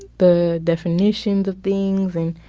the definitions of things and,